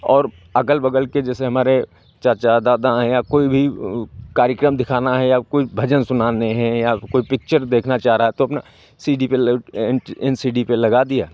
और अगल बगल के जैसे हमारे चाचा दादा हैं या कोई भी ओ कार्यक्रम दिखाना है या कोई भजन सुनाने हैं या फिर कोई पिक्चर देखना चाह रहा है तो अपना सी डी पे एल सी डी पे लगा दिया